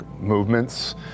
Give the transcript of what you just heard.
movements